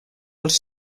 els